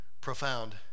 profound